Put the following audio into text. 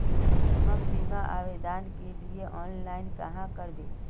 हम बीमा आवेदान के लिए ऑनलाइन कहाँ करबे?